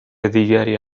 دیگری